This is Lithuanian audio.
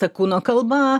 ta kūno kalba